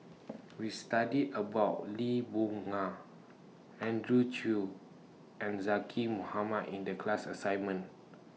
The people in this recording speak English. We studied about Lee Boon Ngan Andrew Chew and Zaqy Mohamad in The class assignment